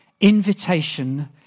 Invitation